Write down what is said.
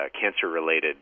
cancer-related